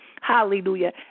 Hallelujah